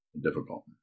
difficult